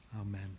Amen